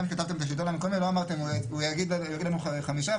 גם כתבתם שכל דבר אמרתם: הוא יביא לנו חמישה,